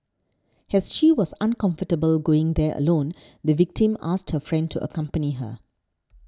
has she was uncomfortable going there alone the victim asked her friend to accompany her